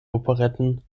operetten